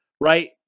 right